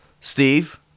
Steve